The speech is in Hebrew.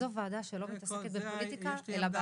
זאת ועדה שלא מתעסקת בפוליטיקה אלא בהצלת חיים.